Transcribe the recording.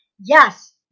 Yes